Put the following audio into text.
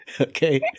Okay